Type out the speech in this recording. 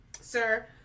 Sir